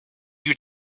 you